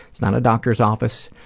it's not a doctor's office,